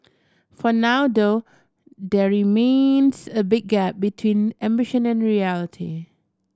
for now though there remains a big gap between ambition and reality